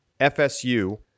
FSU